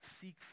seek